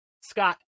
Scott